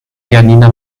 janina